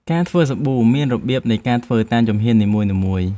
ការធ្វើសាប៊ូ មានរបៀបនៃការធ្វើតាមជំហាននីមួយៗ។